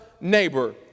neighbor